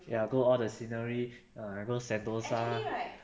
ya go all the scenery lah go sentosa right I told him to go so far